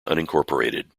unincorporated